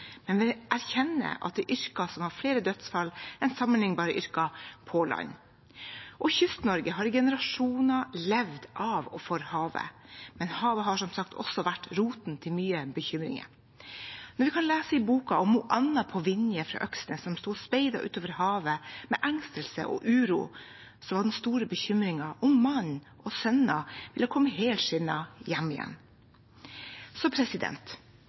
men vi erkjenner at det er yrker som har flere dødsfall enn sammenlignbare yrker på land. Kyst-Norge har i generasjoner levd av og for havet, men havet har som sagt også vært roten til mye bekymring. Man kan lese i boka om Anna på Vinje fra Øksnes, som sto og speidet utover havet med engstelse og uro. Den store bekymringen var om mannen og sønnene ville komme helskinnet hjem